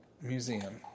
Museum